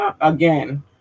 Again